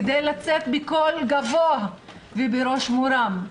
כדי לצאת בקול גדול ובראש מורם,